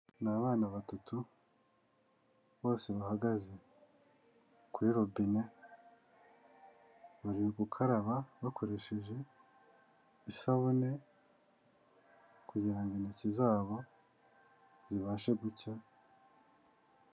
Ni abana batatu bose bahagaze kuri robine, bari gukaraba bakoresheje isabune kugira ngo intoki zabo zibashe gucya,...